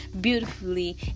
beautifully